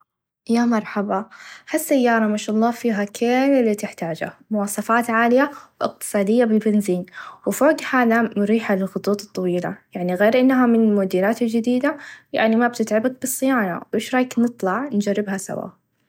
يا مرحبا هالسياره ماشاء الله فيها كييييل إلي تحتاچه مواصفات عاليه و إقتصاديه في البنزين وفوق هذا مريحه للخطوط الطويله يعني غير إنها من الموديلات الچديده يعني ما بتتعبك بالصيانه وش رايك نطلع نچربها سوا ؟